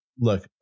Look